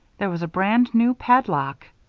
there was a brand-new padlock.